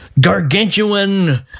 Gargantuan